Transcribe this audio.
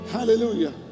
Hallelujah